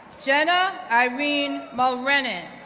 jenna irene mulrenan,